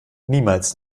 niemals